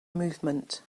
movement